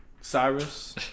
cyrus